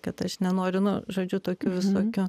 kad aš nenoriu nu žodžiu tokių visokių